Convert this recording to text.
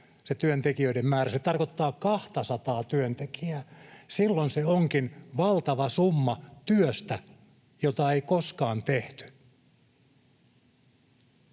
se työntekijöiden määrä, se tarkoittaa 200:aa työntekijää. Silloin se onkin valtava summa työstä, jota ei koskaan tehty.